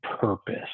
purpose